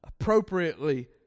Appropriately